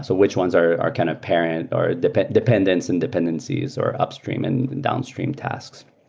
so which ones are kind of parent or dependence dependence and dependencies or upstream and and downstream tasks.